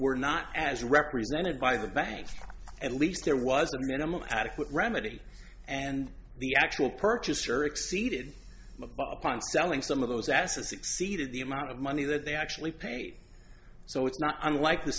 were not as represented by the banks at least there was a minimal adequate remedy and the actual purchaser exceeded upon selling some of those assets exceeded the amount of money that they actually paid so it's not unlike the